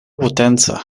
potenca